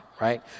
right